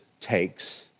takes